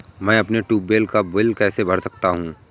मैं अपने ट्यूबवेल का बिल कैसे भर सकता हूँ?